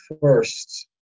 first